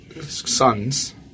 sons